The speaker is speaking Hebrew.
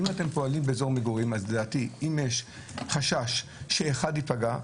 אם אתם פועלים באזור מגורים אז לדעתי אם יש חשש שאחד יפגע,